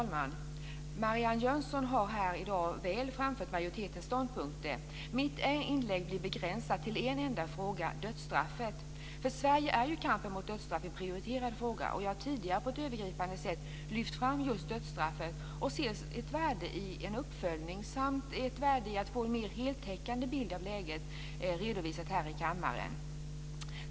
Fru talman! Marianne Jönsson har här i dag väl framfört majoritetens ståndpunkter. Mitt inlägg blir begränsat till en enda fråga - dödsstraffet. För Sverige är kampen mot dödsstraff en prioriterad fråga. Jag har tidigare på ett övergripande sätt lyft fram just dödsstraffet. Jag ser ett värde i en uppföljning och i att få en mer heltäckande bild av läget redovisat här i kammaren.